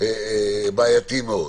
בעייתי מאוד.